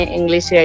English